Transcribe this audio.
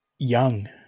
Young